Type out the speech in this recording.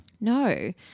No